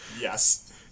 yes